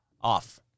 Off